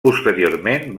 posteriorment